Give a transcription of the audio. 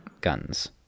guns